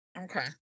Okay